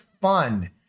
fun